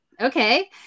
okay